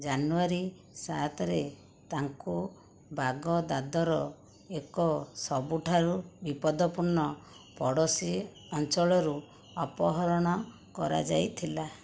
ଜାନୁଆରୀ ସାତରେ ତାଙ୍କୁ ବାଗଦାଦର ଏକ ସବୁଠାରୁ ବିପଦପୂର୍ଣ୍ଣ ପଡ଼ୋଶୀ ଅଞ୍ଚଳରୁ ଅପହରଣ କରାଯାଇଥିଲା